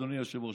אדוני היושב-ראש,